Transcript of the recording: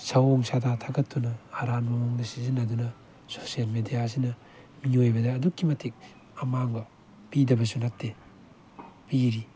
ꯁꯑꯣꯡ ꯁꯗꯥ ꯊꯥꯒꯠꯇꯨꯅ ꯑꯔꯥꯟꯕ ꯃꯑꯣꯡꯗ ꯁꯤꯖꯤꯟꯅꯗꯨꯅ ꯁꯣꯁꯤꯌꯦꯜ ꯃꯦꯗꯤꯌꯥ ꯑꯁꯤꯅ ꯃꯤꯑꯣꯏꯕꯗ ꯑꯗꯨꯛꯀꯤ ꯃꯇꯤꯛ ꯑꯃꯥꯡꯕ ꯄꯤꯗꯕꯁꯨ ꯅꯠꯇꯦ ꯄꯤꯔꯤ